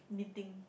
knitting